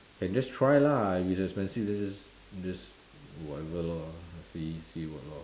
can just try lah if it's expensive then just just whatever lor see see what lor